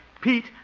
Pete